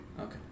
Okay